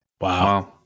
Wow